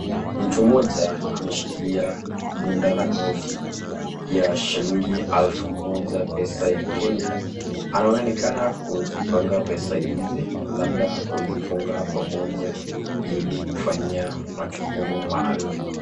Mtu mmoja ameshikilia bunda la noti ya shilingi elfu moja pesa ya Kenya. Anaonekana kuzipanga pesa hizi labda kuzifunga pamoja ili kufanyia majukumu maalum.